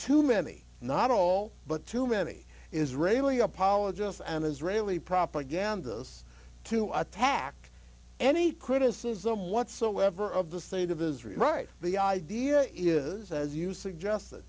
too many not all but too many israeli apologist and israeli propaganda us to attack any criticism whatsoever of the state of israel right the idea is as you suggest